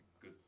good